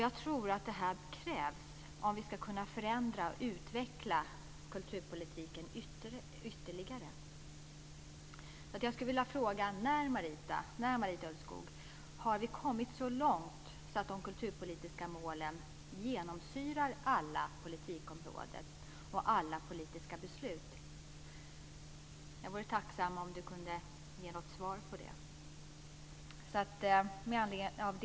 Jag tror att det här krävs om vi ska kunna förändra och utveckla kulturpolitiken ytterligare. Jag skulle vilja fråga: När, Marita Ulvskog, har vi kommit så långt att de kulturpolitiska målen genomsyrar alla politikområden och alla politiska beslut? Jag vore tacksam för ett svar på det.